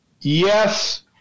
Yes